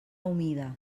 humida